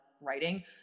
writing